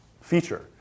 feature